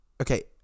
okay